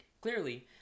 Clearly